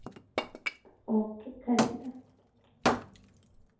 okay खरी भी तां